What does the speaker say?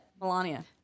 Melania